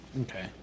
Okay